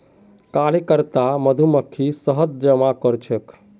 कार्यकर्ता मधुमक्खी शहद जमा करछेक